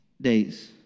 days